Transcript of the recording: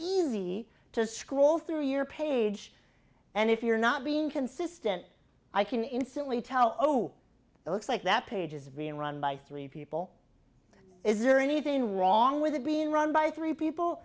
easy to scroll through your page and if you're not being consistent i can instantly tell oh it looks like that page is being run by three people is there anything wrong with it being run by three people